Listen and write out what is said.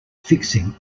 fixing